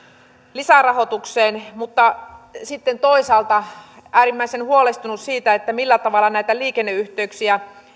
lisärahoituksesta mutta sitten toisaalta olen äärimmäisen huolestunut siitä millä tavalla näitä liikenneyhteyksiä